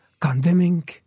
condemning